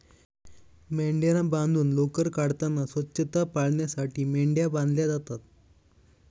मेंढ्यांना बांधून लोकर काढताना स्वच्छता पाळण्यासाठी मेंढ्या बांधल्या जातात